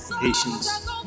patience